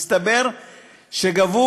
הסתבר שגבו,